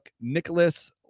Nicholas